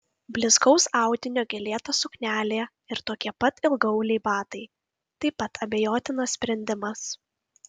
blizgaus audinio gėlėta suknelė ir tokie pat ilgaauliai batai taip pat abejotinas sprendimas